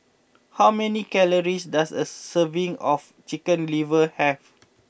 how many calories does a serving of Chicken Liver have